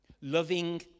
Loving